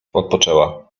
odpoczęła